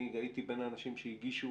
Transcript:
אני הייתי בין האנשים שהגישו